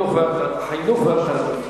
התרבות והספורט נתקבלה.